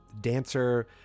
Dancer